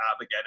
again